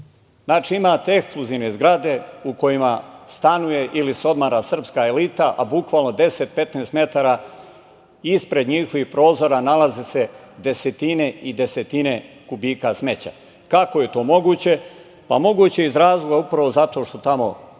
Znači, imate ekskluzivne zgrade u kojima stanuje ili se odmara srpska elita, a bukvalno 10, 15 metara ispred njihovih prozora nalaze se desetine i desetine kubika smeća. Kako je to moguće? Pa, moguće je iz razloga upravo zato što tamo